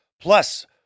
Plus